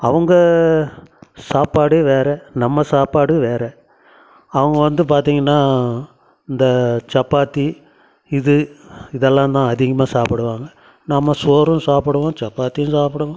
அவங்க சாப்பாடு வேற நம்ம சாப்பாடு வேற அவங்க வந்து பார்த்திங்கன்னா இந்த சப்பாத்தி இது இதெல்லாம் தான் அதிகமாக சாப்பிடுவாங்க நம்ம சோறும் சாப்பிடுவோம் சப்பாத்தியும் சாப்பிடுவோம்